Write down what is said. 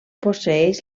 posseeix